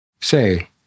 Say